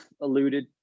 alluded